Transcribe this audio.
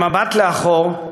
במבט לאחור,